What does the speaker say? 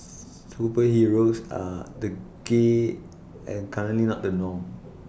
superheroes are the gay and currently not the norm